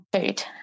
food